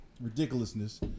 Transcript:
ridiculousness